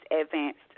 advanced